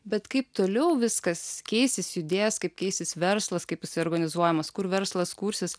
bet kaip toliau viskas keisis judės kaip keisis verslas kaip jisai organizuojamas kur verslas kursis